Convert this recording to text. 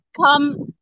come